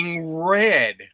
red